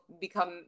become